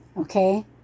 Okay